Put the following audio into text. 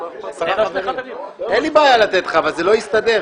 אין לי בעיה לתת לך אבל זה לא יסתדר.